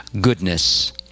goodness